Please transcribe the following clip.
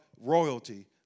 royalty